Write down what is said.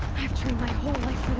i've trained my whole life